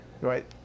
right